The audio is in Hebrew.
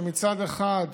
שמצד אחד,